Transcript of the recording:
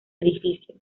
edificio